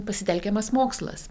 pasitelkiamas mokslas